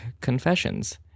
Confessions